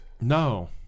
No